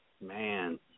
man